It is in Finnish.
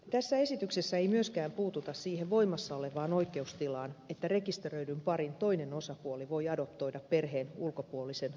tässä esityksessä ei myöskään puututa siihen voimassa olevaan oikeustilaan että rekisteröidyn parin toinen osapuoli voi adoptoida perheen ulkopuolisen lapsen yksin